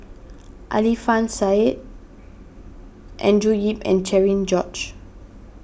Alfian Sa'At Andrew Yip and Cherian George